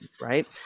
right